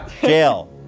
jail